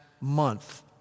month